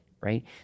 right